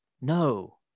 no